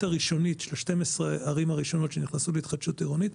הראשונית של 12 ערים הראשונות שנכנסו בהתחדשות עירונית,